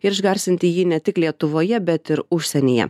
ir išgarsinti jį ne tik lietuvoje bet ir užsienyje